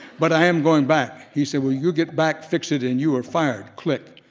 but i am going back. he said, well you get back, fix it, and you are fired. click.